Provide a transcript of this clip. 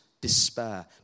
despair